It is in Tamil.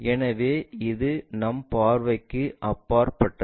எனவே இது நம் பார்வைக்கு அப்பாற்பட்டது